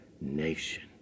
nation